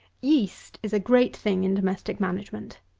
yeast is a great thing in domestic management.